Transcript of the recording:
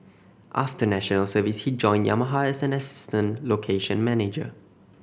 after National Service he joined Yamaha as an assistant location manager